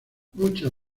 muchas